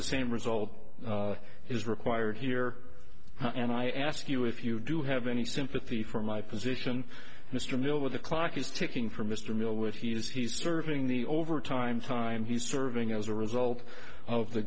the same result is required here and i ask you if you do have any sympathy for my position mr miller with the clock is ticking for mr miller with he's he's serving the over time time he's serving as a result of the